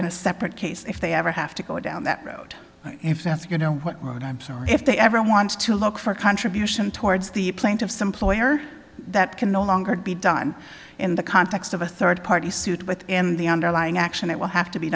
in a separate case if they ever have to go down that road if that's you know what i'm sorry if they ever want to look for a contribution towards the plaintiffs employer that can no longer be done in the context of a third party suit within the underlying action that will have to be